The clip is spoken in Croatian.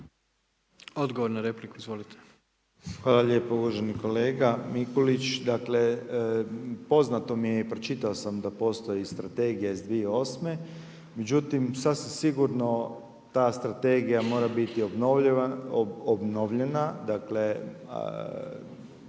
**Dobrović, Slaven (MOST)** Hvala lijepo uvaženi kolega Mikulić. Dakle, poznato mi je i pročitao sam da postoji i Strategija iz 2008. Međutim, sasvim sigurno ta strategija mora biti obnovljena,